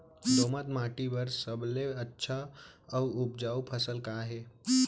दोमट माटी बर सबले अच्छा अऊ उपजाऊ फसल का हे?